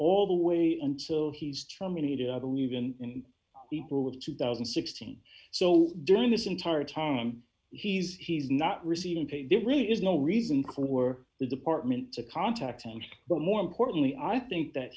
all the way until he's terminated i believe in the pool of two thousand and sixteen so during this entire time he's he's not receiving paid it really is no reason for the department to contact him but more importantly i think that